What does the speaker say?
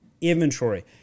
inventory